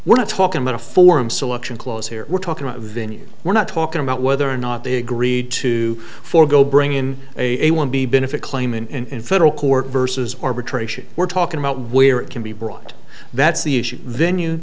we're not talking about a form selection clause here we're talking about a venue we're not talking about whether or not they agreed to forego bringing in a one b benefit claimant in federal court versus arbitration we're talking about where it can brought that's the issue